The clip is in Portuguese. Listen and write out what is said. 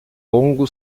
longo